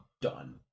done